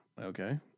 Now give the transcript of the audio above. okay